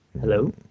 Hello